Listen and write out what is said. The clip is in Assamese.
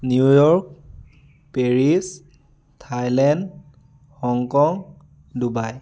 New York Paris Thailand Hong Kong Dubai